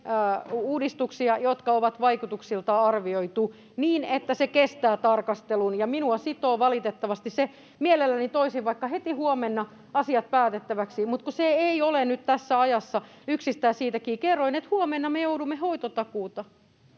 lainuudistuksia, jotka on vaikutuksiltaan arvioitu niin, että ne kestävät tarkastelun, ja se valitettavasti sitoo minua. Mielelläni toisin vaikka heti huomenna asiat päätettäväksi, mutta kun se ei ole nyt tässä ajassa yksistään siitä kiinni. Kerroin, että huomenna me joudumme, valitettavasti,